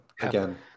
again